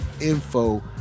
info